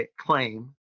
claim